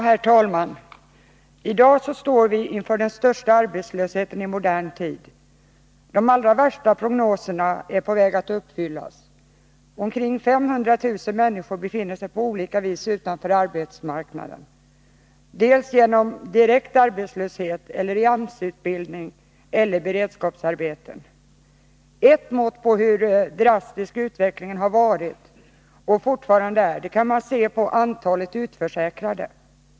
Herr talman! I dag står vi inför den största arbetslösheten i modern tid. De allra värsta prognoserna är på väg att uppfyllas, och omkring 500 000 människor befinner sig på olika sätt utanför arbetsmarknaden, dels i direkt arbetslöshet, dels i AMS-utbildning eller beredskapsarbete. Ett mått på hur drastisk utvecklingen varit och fortfarande är, är antalet utförsäkrade.